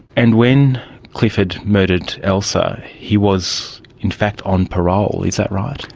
and when clifford murdered elsa he was in fact on parole, is that right?